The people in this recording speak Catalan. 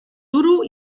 duro